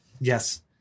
Yes